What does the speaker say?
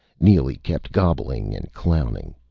neely kept gobbling and clowning.